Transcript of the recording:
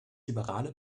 liberale